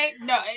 No